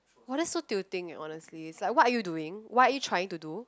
!wah! that's so tilting eh honestly it's like what are you doing what are you trying to do